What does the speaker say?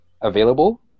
available